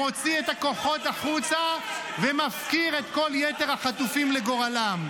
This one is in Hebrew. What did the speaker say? מוציא את הכוחות החוצה ומפקיר את כל יתר החטופים לגורלם.